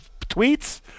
tweets